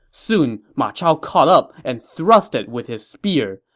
soon, ma chao caught up and thrusted with his spear.